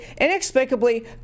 inexplicably